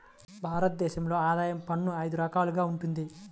భారత దేశంలో ఆదాయ పన్ను అయిదు రకాలుగా వుంటది